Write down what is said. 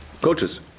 coaches